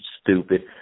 stupid